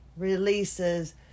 releases